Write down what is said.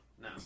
no